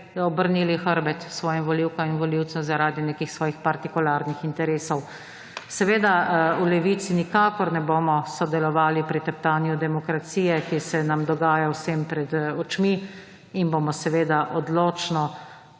obrnili hrbet svojim volivkam in volivcem zaradi nekih svojih partikularnih interesov. V Levici nikakor ne bomo sodelovali pri teptanju demokracije, ki se nam dogaja vsem pred očmi in bomo odločno